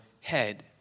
head